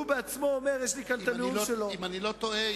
אם אני לא טועה,